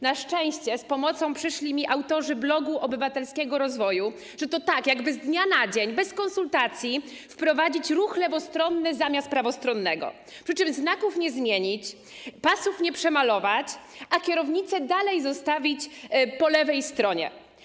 Na szczęście z pomocą przyszli mi autorzy Bloga Obywatelskiego Rozwoju, że to tak, jakby z dnia na dzień, bez konsultacji wprowadzić ruch lewostronny zamiast prawostronnego, przy czym znaków nie zmienić, pasów nie przemalować, a kierownicę dalej zostawić po lewej stronie.